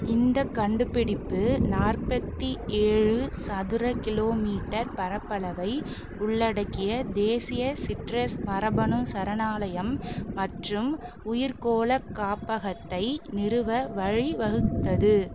இந்த கண்டுபிடிப்பு நாற்பத்தி ஏழு சதுர கிலோமீட்டர் பரப்பளவை உள்ளடக்கிய தேசிய சிட்ரஸ் மரபணு சரணாலயம் மற்றும் உயிர்க்கோள காப்பகத்தை நிறுவ வழிவகுத்தது